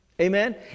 Amen